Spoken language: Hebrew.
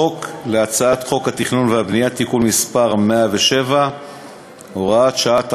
חוק התכנון והבנייה (תיקון מס' 107 והוראת שעה),